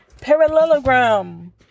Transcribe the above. parallelogram